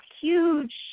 huge